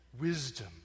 wisdom